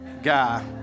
guy